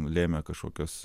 lėmė kažkokios